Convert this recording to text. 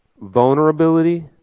Vulnerability